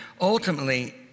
ultimately